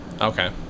Okay